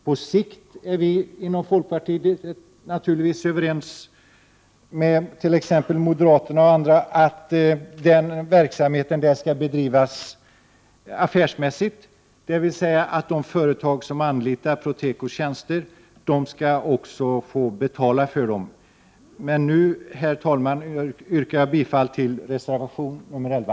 På sikt är vi inom folkpartiet naturligtvis överens med moderaterna och andra om att verksamheten där skall bedrivas affärsmässigt, dvs. att de företag som anlitar Protekos tjänster också skall betala för dem. Herr talman! Jag yrkar bifall till reservation nr 11.